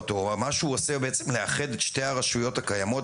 מנסה לאחד את שתי הרשויות הקיימות,